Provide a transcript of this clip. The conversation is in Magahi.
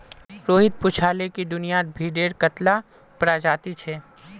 रोहित पूछाले कि दुनियात भेडेर कत्ला प्रजाति छे